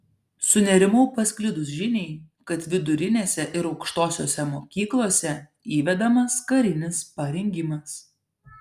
sunerimau pasklidus žiniai kad vidurinėse ir aukštosiose mokyklose įvedamas karinis parengimas